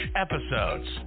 episodes